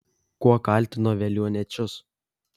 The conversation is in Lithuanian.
kuo kaltino veliuoniečius